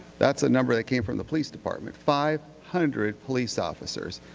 that's a number that came from the police department. five hundred police officers.